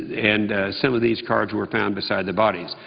and some of these cards were found beside the bodies.